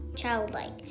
childlike